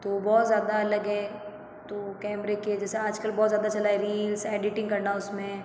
तो बहुत ज़्यादा अलग है तो कैमरे के जैसे आजकल बहुत ज़्यादा चला है रील्स एडिटिंग करना उसमें